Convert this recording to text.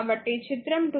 కాబట్టి చిత్రం 2